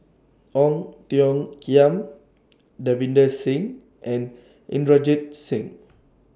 Ong Tiong Khiam Davinder Singh and Inderjit Singh